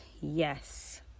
Yes